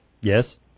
Yes